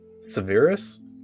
Severus